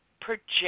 project